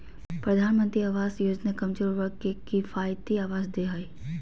प्रधानमंत्री आवास योजना कमजोर वर्ग के किफायती आवास दे हइ